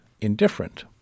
indifferent